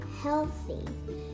healthy